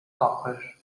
copper